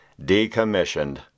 decommissioned